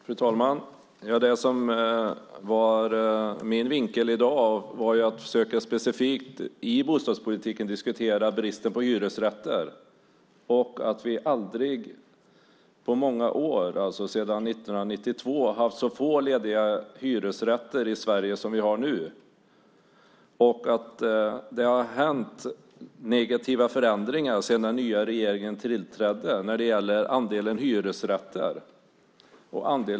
Fru talman! Det som var min vinkel i dag var att specifikt i bostadspolitiken försöka diskutera bristen på hyresrätter och att vi inte på många år, sedan 1992, haft så få lediga hyresrätter i Sverige som vi har nu och att det har skett negativa förändringar sedan den nya regeringen tillträdde när det gäller andelen hyresrätter.